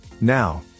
Now